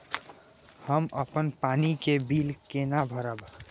हम अपन पानी के बिल केना भरब?